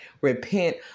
repent